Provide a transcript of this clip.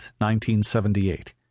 1978